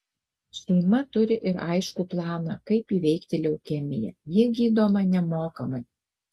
šeima turi ir aiškų planą kaip įveikti leukemiją ji gydoma nemokamai